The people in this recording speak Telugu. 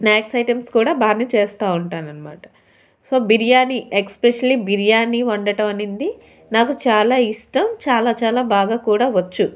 స్నాక్స్ ఐటమ్స్ కూడా బాగానే చేస్తూ ఉంటాను అన్నమాట సో బిర్యానీ ఎస్పెషలీ బిర్యానీ వండటం అనేది నాకు చాలా ఇష్టం చాలా చాలా బాగా కూడా వచ్చు